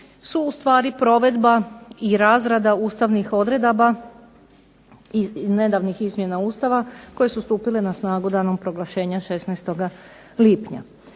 su ustvari provedba i razrada ustavnih odredaba i nedavnih izmjena Ustava koje su stupile na snagu danom proglašenja 16. lipnja.